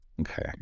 Okay